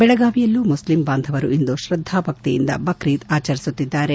ಬೆಳಗಾವಿಯಲ್ಲೂ ಮುಸ್ಲಿಂ ಬಾಂಧವರು ಇಂದು ಶ್ರದ್ಧಾ ಭಕ್ತಿಯಿಂದ ಬಕ್ರೇದ್ ಆಚರಿಸುತ್ತಿದ್ದಾರೆ